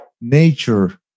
nature